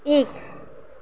एक